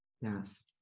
Yes